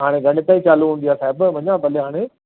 हाणे घणे ताईं चालू हूंदी आहे साहिबु वञा भले हाणे